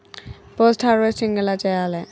Post harvesting ఎలా చెయ్యాలే?